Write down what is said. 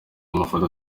amafoto